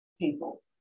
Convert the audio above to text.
people